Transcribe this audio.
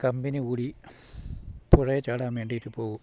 company കൂടി പുഴയിൽ ചാടാൻ വേണ്ടിയിട്ട് പോവും